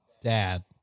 dad